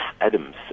Adams